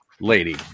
lady